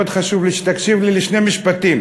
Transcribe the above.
מאוד חשוב לי שתקשיב לי לשני משפטים.